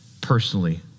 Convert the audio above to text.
personally